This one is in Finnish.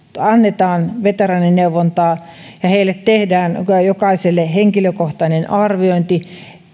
annetaan veteraanineuvontaa ja heille jokaiselle tehdään henkilökohtainen arviointi